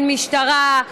הן המשטרה,